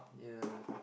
ya thir~